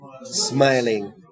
smiling